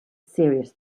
serious